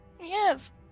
Yes